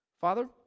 Father